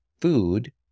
food